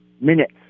minutes